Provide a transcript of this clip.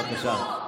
בבקשה.